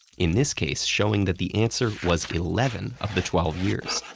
in this case showing that the answer was eleven of the twelve years.